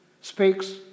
Speaks